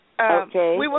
Okay